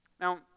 Now